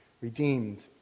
redeemed